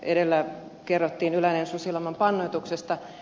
edellä kerrottiin yläneen susilauman pannoituksesta